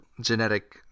genetic